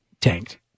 tanked